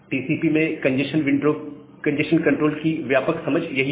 TCP में congestion control की व्यापक समझ यही है